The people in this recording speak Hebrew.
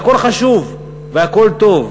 הכול חשוב והכול טוב,